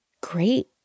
Great